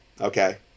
Okay